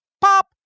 Pop